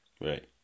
Right